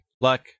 luck